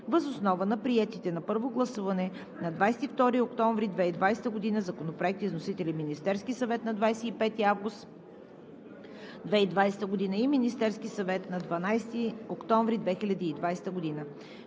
въз основа на приетите на първо гласуване на 22 октомври 2020 г. законопроекти с вносител – Министерският съвет, 25 август2020 г.; Министерският съвет, 12 октомври 2020 г.